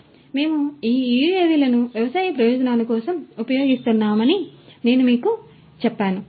కాబట్టి మేము ఈ యుఎవిలను వ్యవసాయ ప్రయోజనాల కోసం ఉపయోగిస్తున్నామని నేను మీకు చెప్పాను